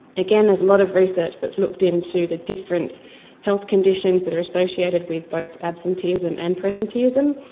again, there's a lot of research that's looked into the different health conditions that are associated with both absenteeism and presenteeism.